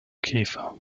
käfer